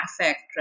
affect